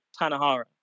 Tanahara